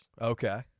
Okay